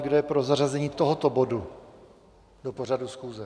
Kdo je pro zařazení tohoto bodu do pořadu schůze?